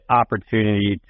opportunity